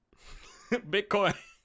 bitcoin